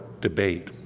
debate